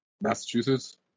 Massachusetts